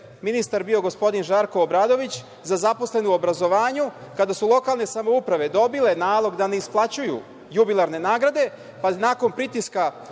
ministar bio gospodin Žarko Obradović za zaposlene u obrazovanju kada su lokalne samouprave dobile nalog da ne isplaćuju jubilarne nagrade, pa nakon pritiska